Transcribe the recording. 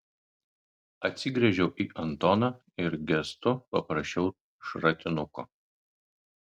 atsigręžiau į antoną ir gestu paprašiau šratinuko